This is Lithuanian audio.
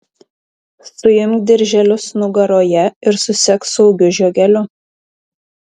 suimk dirželius nugaroje ir susek saugiu žiogeliu